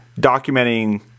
documenting